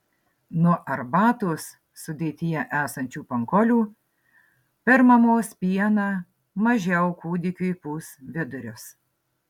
nuo arbatos sudėtyje esančių pankolių per mamos pieną mažiau kūdikiui pūs vidurius